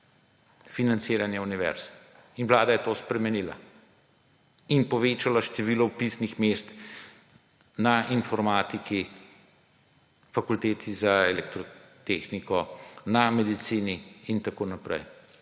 financiranje univerz. Vlada je to spremenila in povečala število vpisnih mest na informatiki, fakulteti za elektrotehniko, na medicini in tako naprej,